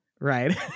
Right